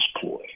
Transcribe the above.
ploy